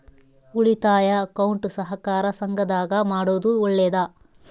ಉಳಿತಾಯ ಅಕೌಂಟ್ ಸಹಕಾರ ಸಂಘದಾಗ ಮಾಡೋದು ಒಳ್ಳೇದಾ?